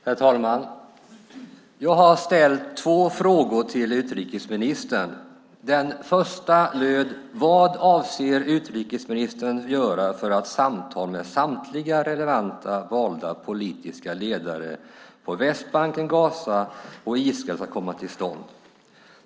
Herr talman! Jag har ställt två frågor till utrikesministern. Den första löd: Vad avser utrikesministern att göra för att samtal med samtliga relevanta valda politiska ledare på Västbanken, i Gaza och Israel ska komma till stånd?